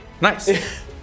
Nice